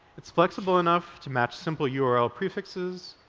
it's flexible enough to match simple yeah url prefixes,